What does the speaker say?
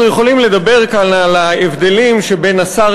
אנחנו יכולים לדבר כאן על ההבדלים שבין השר